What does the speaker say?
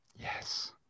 Yes